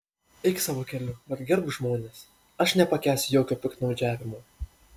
eik savo keliu bet gerbk žmones aš nepakęsiu jokio piktnaudžiavimo